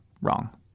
wrong